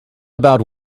about